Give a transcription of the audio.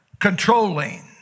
controlling